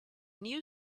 new